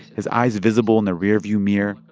his eyes visible in the rearview mirror,